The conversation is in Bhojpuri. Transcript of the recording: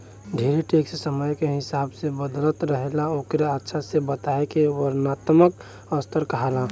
ढेरे टैक्स समय के हिसाब से बदलत रहेला ओकरे अच्छा से बताए के वर्णात्मक स्तर कहाला